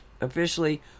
officially